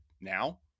now